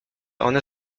one